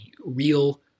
real